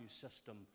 system